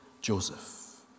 Joseph